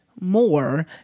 more